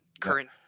current